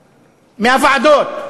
מהוועדות.